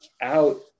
out